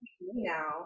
now